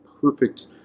perfect